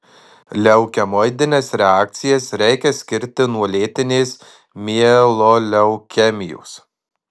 leukemoidines reakcijas reikia skirti nuo lėtinės mieloleukemijos